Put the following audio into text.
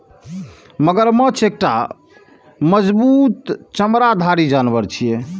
मगरमच्छ एकटा मजबूत चमड़ाधारी जानवर छियै